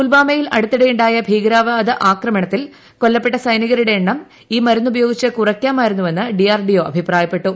പുൽവാമയിൽ അടുത്തിടെയു ായ ഭീകരവാദ ആക്രമണത്തിൽ കൊല്ലപ്പെട്ട സൈനികരുടെ എണ്ണം ഈ മരുന്ന് ഉപയോഗിച്ച് കുറയ്ക്കാമായിരുന്നുവെന്ന് ഡി ആർ ഡി ഒ അഭിപ്രായപ്പെട്ടു